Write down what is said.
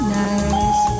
nice